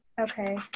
Okay